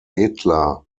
hitler